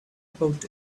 about